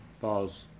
Pause